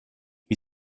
wie